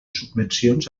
subvencions